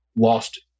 lost